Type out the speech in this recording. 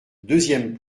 deuxième